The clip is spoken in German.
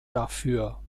dafür